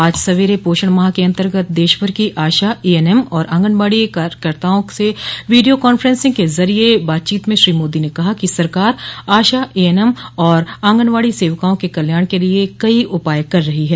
आज सवेरे पोषण माह के अंतर्गत देशभर की आशा ए एन एम और आंगनवाड़ी सेविकाओं से वीडियो कांफ्रेंसिंग के जरिये बातचीत में श्री मोदी ने कहा कि सरकार आशा ए एन एम और आंगनवाड़ी सेविकाओं के कल्याण के लिए कई उपाय कर रही है